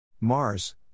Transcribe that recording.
Mars